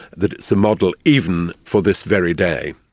that it's the model even for this very day.